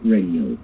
Radio